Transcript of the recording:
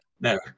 No